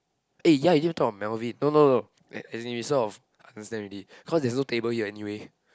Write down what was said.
eh ya you never talk of Melvin no no no as as in we sort of understand already cause there's no table here anyway